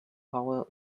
power